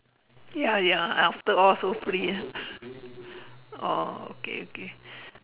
ya ya after all so free oh okay okay